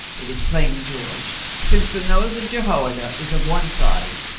it is plain, george, since the nose of jehoiada is of one side,